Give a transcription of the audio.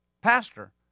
pastor